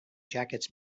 jackets